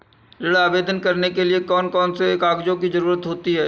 ऋण आवेदन करने के लिए कौन कौन से कागजों की जरूरत होती है?